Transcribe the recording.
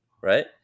right